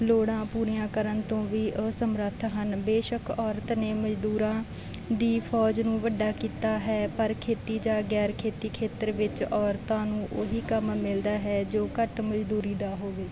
ਲੋੜਾਂ ਪੂਰੀਆਂ ਕਰਨ ਤੋਂ ਵੀ ਅਸਮਰੱਥ ਹਨ ਬੇਸ਼ੱਕ ਔਰਤ ਨੇ ਮਜ਼ਦੂਰਾਂ ਦੀ ਫੌਜ ਨੂੰ ਵੱਡਾ ਕੀਤਾ ਹੈ ਪਰ ਖੇਤੀ ਜਾਂ ਗੈਰ ਖੇਤੀ ਖੇਤਰ ਵਿੱਚ ਔਰਤਾਂ ਨੂੰ ਉਹੀ ਕੰਮ ਮਿਲਦਾ ਹੈ ਜੋ ਘੱਟ ਮਜ਼ਦੂਰੀ ਦਾ ਹੋਵੇ